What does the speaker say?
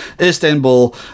Istanbul